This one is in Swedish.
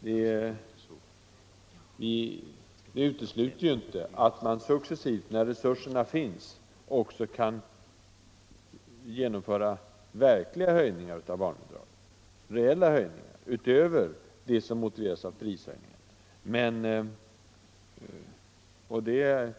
Det utesluter inte att man successivt, när resurserna finns, också kan genomföra verkliga höjningar av barnbidragen —- utöver dem som motiveras av prishöjningarna. Det